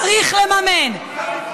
צריך לממן.